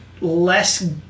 less